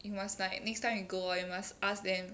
you must like next time you go you must ask them